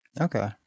Okay